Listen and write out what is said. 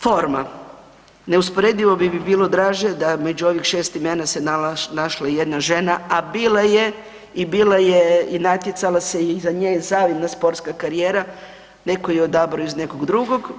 Forma neusporedivo bi mi bilo draže da među 6 imena se našla i jedna žena, a bila je i bila je i natjecala se i iza nje je zavidna sportska karijera, netko ju je odabrao iz nekog drugog.